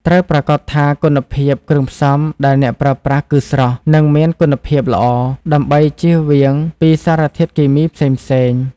ត្រូវប្រាកដថាគុណភាពគ្រឿងផ្សំដែលអ្នកប្រើប្រាស់គឺស្រស់ និងមានគុណភាពល្អ ដើម្បីចៀសវាងពីសារធាតុគីមីផ្សេងៗ។